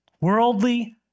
Worldly